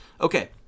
Okay